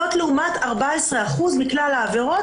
זאת לעומת 14% מכלל העבירות,